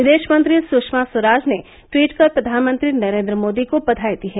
विदेश मंत्री सुषमा स्वराज ने ट्वीट कर प्रधानमंत्री नरेंद्र मोदी को बधाई दी है